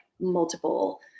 multiple